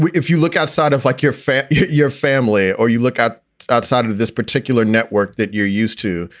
if you look outside of like your family, your family or you look at outside of this particular network that you're used to.